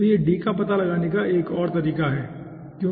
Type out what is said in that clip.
तो यह d का पता लगाने का एक और तरीका है ठीक है